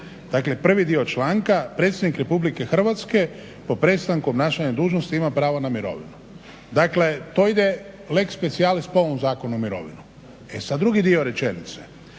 dakle prvi dio članka "Predsjednik RH po prestanku obnašanja dužnosti ima pravo na mirovinu". Dakle to ide lex specialis po ovom zakonu u mirovinu. E sada drugi dio rečenice,